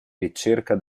ricerca